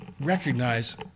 recognize